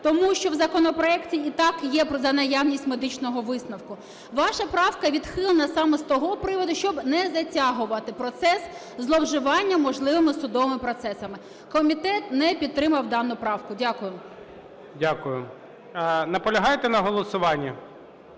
Тому що в законопроекті і так є "за наявності медичного висновку". Ваша правка відхилена саме з того приводу, щоб не затягувати процес зловживання можливими судовими процесами. Комітет не підтримав дану правку. Дякую. ГОЛОВУЮЧИЙ. Дякую. Наполягаєте на голосуванні?